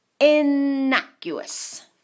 innocuous